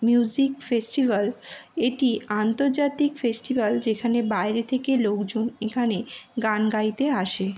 music festival এটি আন্তর্জাতিক festival যেখানে বাইরে থেকে লোকজন এখানে গান গাইতে আসে